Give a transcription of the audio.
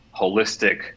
holistic